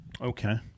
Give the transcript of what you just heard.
okay